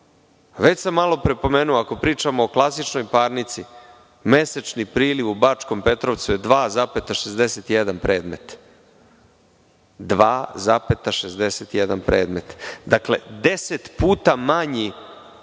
Već sam malo pre pomenuo, ako pričamo o klasičnoj parnici, mesečni priliv u Bačkom Petrovcu je 2,61 predmet, dakle deset puta manji